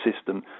system